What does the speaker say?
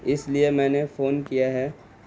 اس لیے میں نے فون کیا ہے